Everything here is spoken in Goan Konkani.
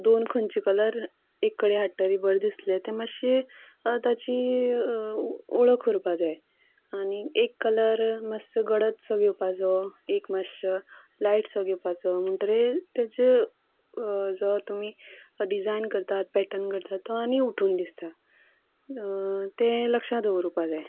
दोन खंयचे कलर एक कडेन हाडटकीर बरें दिसलें तें मात्शीं ताची वळोख उरपाक जाय आनीक एक कलर मात्सो गडदसो घेवपाचो एक मात्सो लायटसो घेवपाचो म्हणटगीर तेचे जो तुमी डिजायन करतात पॅटर्न करतात तो आनी उठून दिसता तें लक्षांत दवरूपाक जाय